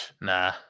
nah